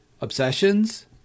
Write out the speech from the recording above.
obsessions